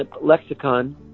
lexicon